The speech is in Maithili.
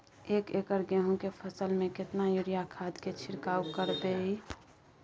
एक एकर गेहूँ के फसल में केतना यूरिया खाद के छिरकाव करबैई?